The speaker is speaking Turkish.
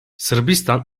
sırbistan